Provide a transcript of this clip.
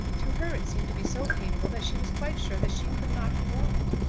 to her it seemed to be so painful that she was quite sure that she could not have borne it.